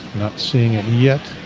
not seeing it yet